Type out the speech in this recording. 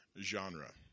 Genre